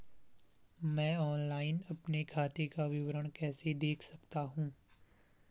मैं ऑनलाइन अपने खाते का विवरण कैसे देख सकता हूँ?